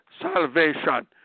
salvation